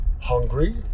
Hungry